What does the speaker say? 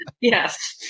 Yes